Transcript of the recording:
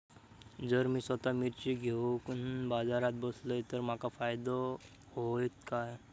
जर मी स्वतः मिर्ची घेवून बाजारात बसलय तर माका फायदो होयत काय?